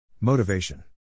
Motivation